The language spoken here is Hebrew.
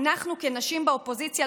כנשים באופוזיציה,